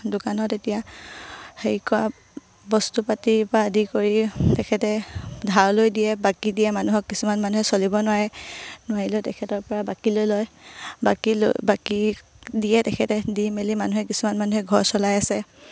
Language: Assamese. দোকানত এতিয়া হেৰি কৰা বস্তু পাতি পা আদি কৰি তেখেতে ধাৰলৈ বাকী দিয়ে মানুহক কিছুমান মানুহে চলিব নোৱাৰে নোৱাৰিলেও তেখেতৰ পৰা বাকী লৈ লয় বাকী লৈ বাকী দিয়ে তেখেতে দি মেলি মানুহে কিছুমান মানুহে ঘৰ চলাই আছে